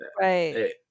Right